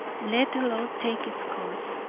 let the law take its course.